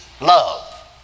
love